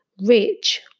rich